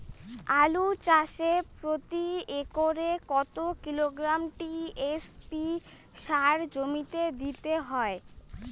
আলু চাষে প্রতি একরে কত কিলোগ্রাম টি.এস.পি সার জমিতে দিতে হয়?